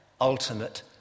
ultimate